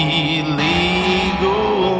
illegal